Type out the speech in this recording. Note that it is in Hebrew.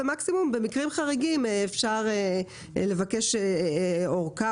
ומקסימום במקרים חריגים אפשר לבקש אורכה